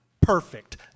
perfect